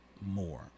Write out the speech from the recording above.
more